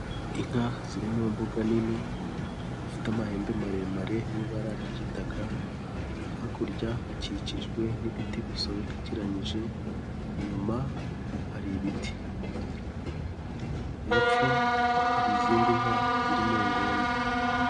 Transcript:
Inka ziririmo mbUga nini, zifite amahembe maremare n'ibara ry'igitaka, hakurya hakikijwe n'ibiti bisobekekeranyije, inyuma hari ibiti hepfo hari izindi nka ziri mu inguni.